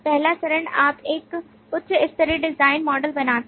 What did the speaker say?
पहला चरण है आप एक उच्च स्तरीय डिज़ाइन मॉडल बनाते हैं